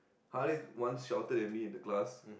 Harrith once shouted at me in the class